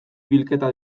bilketa